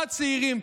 הבאת צעירים,